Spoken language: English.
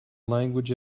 language